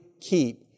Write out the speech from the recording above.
keep